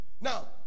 now